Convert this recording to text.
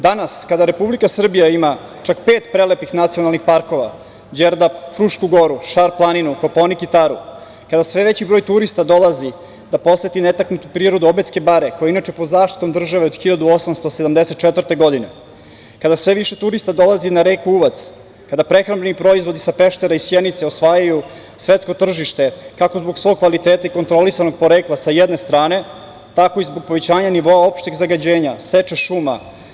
Danas kada Republika Srbija ima čak pet prelepih nacionalnih parkova, Đerdap, Frušku goru, Šar planinu, Kopaonik i Taru, kada sve veći broj turista dolazi da poseti netaknutu prirodu Obedske bare, koja je inače pod zaštitom države od 1874. godine, kada sve više turista dolazi na reku Uvac, kada prehrambeni proizvodi sa Peštera i Sjenice osvajaju svetsko tržište, kako zbog svog kvaliteta i kontrolisanog porekla, sa jedne strane, tako i zbog povećanja nivoa opšteg zagađenja, seče šuma.